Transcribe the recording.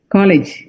College